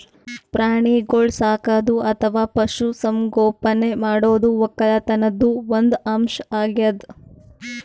ಪ್ರಾಣಿಗೋಳ್ ಸಾಕದು ಅಥವಾ ಪಶು ಸಂಗೋಪನೆ ಮಾಡದು ವಕ್ಕಲತನ್ದು ಒಂದ್ ಅಂಶ್ ಅಗ್ಯಾದ್